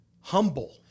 humble